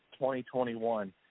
2021